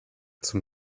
zum